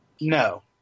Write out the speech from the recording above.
No